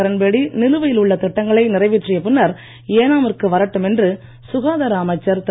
கிரண் பேடி நிலுவையில் உள்ள திட்டங்களை நிறைவேற்றிய பின்னர் ஏனா மிற்கு வரட்டும் சுகாதார அமைச்சர் திரு